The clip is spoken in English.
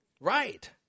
Right